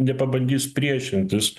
nepabandys priešintis